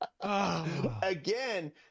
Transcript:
Again